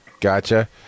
Gotcha